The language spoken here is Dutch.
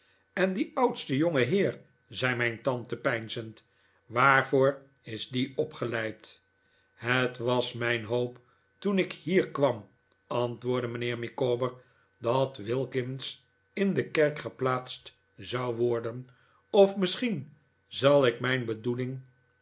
en die oudste jongeheer zei mijn tante peinzend waarvoor is die opgeleid het was mijn hoop toen ik hier kwam antwoordde mijnheer micawber dat wilkins in de kerk geplaatst zou worden of misschien zal ik mijn bedoeling